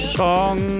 song